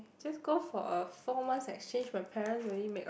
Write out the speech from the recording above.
just go for a four months exchange my parents make a